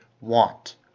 want